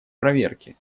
проверки